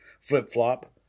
flip-flop